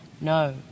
no